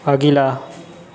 अगिला